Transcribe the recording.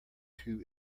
two